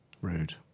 Rude